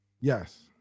Yes